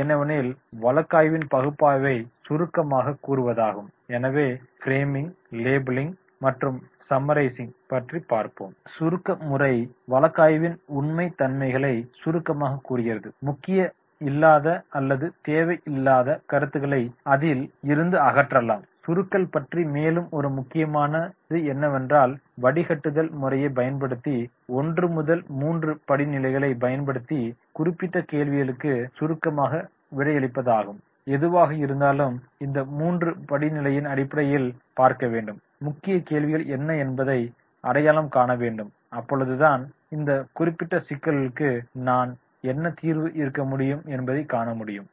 என்னெவெனில் வழக்காய்வின் பகுப்பாய்வை சுருக்கமாகக் கூறுவதாகும் எனவே ஃப்ரேமிங் லேபிளிங் மற்றும் சம்மறெஸிங் பற்றி பார்ப்போம் சுருக்க முறை வழக்காய்வின் உண்மை தன்மைகளை சுருக்கமாகக் கூறுகிறது முக்கியம் இல்லாத அல்லது தேவை இல்லாத கருத்துகளை அதில் இருந்து அகற்றலாம் சுருக்கம் பற்றி மேலும் மிக முக்கியமானது என்னெவென்றால் வடிகட்டுதல் முறையை பயன்படுத்தி ஒன்று முதல் மூன்று படிநிலைகளை பயன்படுத்தி குறிப்பிட்ட கேள்விகளுக்கு சுருக்கமாகக் விடையளிப்பதாகும் எதுவாக இருந்தாலும் இந்த மூன்று படிநிலைகளின் அடிப்படையில் பார்க்கவேண்டும் முக்கிய கேள்விகள் என்ன என்பதை அடையாளம் காணவேண்டும் அப்பொழுதுதான் இந்த குறிப்பிட்ட சிக்கலுக்கு என்ன தீர்வு இருக்க முடியும் என்பதை காணமுடியும்